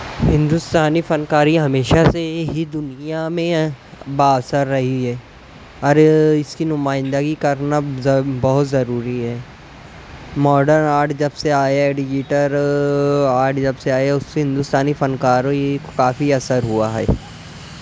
ہندوستانی فنکاری ہمیشہ سے ہی دنیا میں با اثر رہی ہے اور اس کی نمائندگی کرنا بہت ضروری ہے ماڈن آرٹ جب سے آیا ہے ڈیجیٹل آرٹ جب سے آیا ہے اس سے ہندوستانی فنکاری کافی اثر ہوا ہے